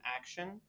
action